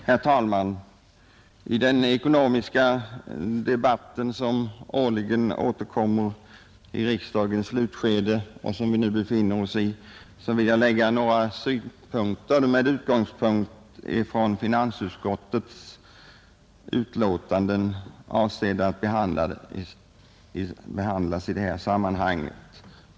Herr talman! I den ekonomiska debatt som årligen återkommer i riksdagens slutskede, som vi nu befinner oss i, vill jag framföra några synpunkter med utgångspunkt i de betänkanden från finansutskottet som är avsedda att behandlas i detta sammanhang.